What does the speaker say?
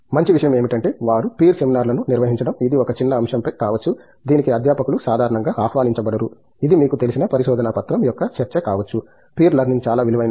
మంచి విషయం ఏమిటంటే వారు పీర్ సెమినార్లను నిర్వహించడం ఇది ఒక చిన్న అంశంపై కావచ్చు దీనికి అధ్యాపకులు సాధారణంగా ఆహ్వానించబడరు ఇది మీకు తెలిసిన పరిశోధనా పత్రం యొక్క చర్చ కావచ్చు పీర్ లెర్నింగ్ చాలా విలువైనది